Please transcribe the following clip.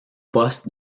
poste